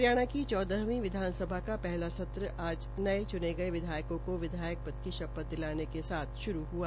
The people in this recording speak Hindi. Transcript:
हरियाणा के चौदहवी विधानसभा का पहला सत्र आज नये चुने गये विधायकों को विधायक पद की श्पथ दिलाने के साथ श्रू हआ